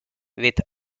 with